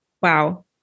wow